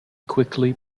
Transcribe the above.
quickly